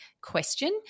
question